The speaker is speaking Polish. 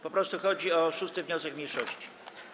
Po prostu chodzi o 6. wniosek mniejszości.